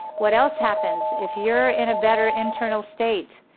what else happens if you're in a better internal state.